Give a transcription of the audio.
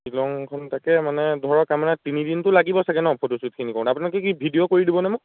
শ্বিলঙখন তাকে মানে ধৰক তাৰ মানে তিনিদিনতো লাগিব চাগৈ ন ফটোশ্বুটখিনি কৰোঁতে আপোনালোকে কি ভিডিঅ' কৰি দিবনে মোক